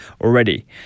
Already